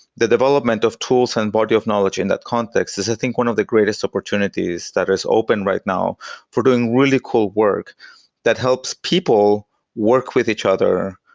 the development of tools and body of knowledge in that context is i think one of the greatest opportunities that is open right now for doing really cool work that helps people work with each other,